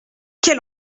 quel